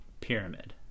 Pyramid